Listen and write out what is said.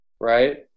right